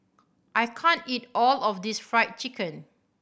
I can't eat all of this Fried Chicken